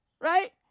Right